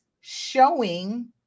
showing